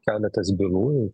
keletas bylų